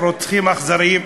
רוצחים אכזריים.